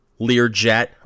Learjet